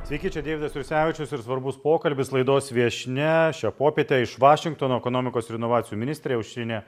sveiki čia deividas jursevičius ir svarbus pokalbis laidos viešnia šią popietę iš vašingtono ekonomikos ir inovacijų ministrė aušrinė